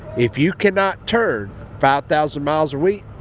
if you cannot turn five thousand miles a week,